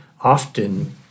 often